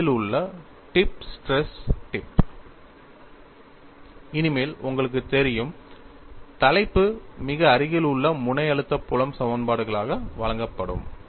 very near tip stress tip இனிமேல் உங்களுக்குத் தெரியும் தலைப்பு மிக அருகில் உள்ள முனை அழுத்த புலம் சமன்பாடுகளாக வழங்கப்படும்